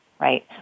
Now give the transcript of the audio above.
right